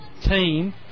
team